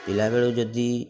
ପିଲାବେଳେ ଯଦି